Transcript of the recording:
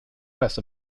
west